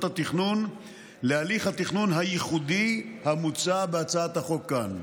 התכנון להליך התכנון הייחודי המוצע בהצעת החוק כאן.